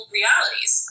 realities